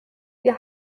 wir